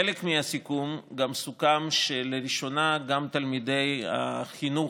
חלק מהסיכום הוא שלראשונה גם תלמידי החינוך,